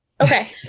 Okay